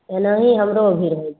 एनाही हमरो भी रहै छै